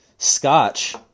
Scotch